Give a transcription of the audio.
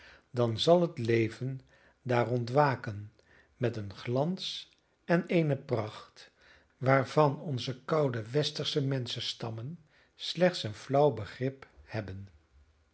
spelen dan zal het leven daar ontwaken met een glans en eene pracht waarvan onze koude westersche menschenstammen slechts een flauw begrip hebben